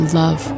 love